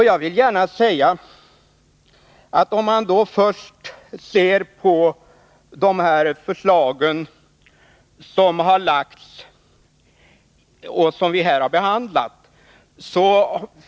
Jag vill gärna säga att det finns svårigheter att tillämpa de förslag som har framlagts och som vi här har behandlat.